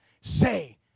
say